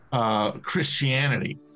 Christianity